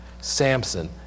Samson